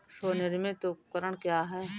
स्वनिर्मित उपकरण क्या है?